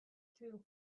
too